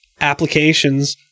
applications